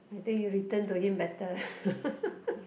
I think you return to him better